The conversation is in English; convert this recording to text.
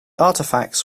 artifacts